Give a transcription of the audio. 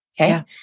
Okay